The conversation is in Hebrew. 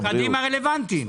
המשרדים הרלוונטיים,